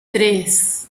tres